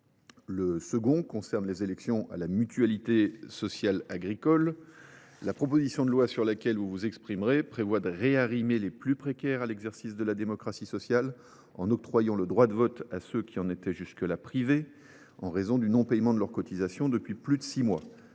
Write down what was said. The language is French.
Le second acquis concerne les élections à la Mutualité sociale agricole. La proposition de loi sur laquelle vous vous exprimerez prévoit de réarrimer les plus précaires à l’exercice de la démocratie sociale, en octroyant le droit de vote à ceux qui en étaient jusque là privés en raison du non paiement de leur cotisation depuis plus de six mois.